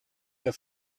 der